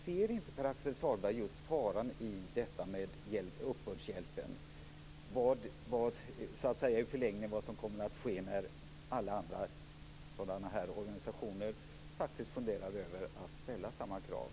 Ser inte Pär Axel Sahlberg faran i detta med uppbördshjälpen och vad som i förlängningen kommer att ske när alla andra sådana här organisationer funderar över att ställa samma krav?